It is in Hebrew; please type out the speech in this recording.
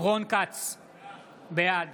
בעד